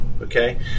okay